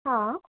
हा